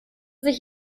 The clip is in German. sich